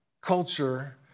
culture